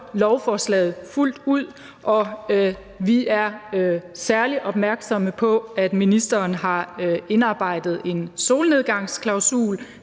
lovforslaget fuldt ud, og vi er særlig opmærksomme på, at ministeren har indarbejdet en solnedgangsklausul,